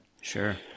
Sure